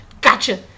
Gotcha